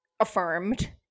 affirmed